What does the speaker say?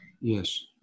Yes